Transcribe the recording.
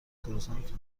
کروسانت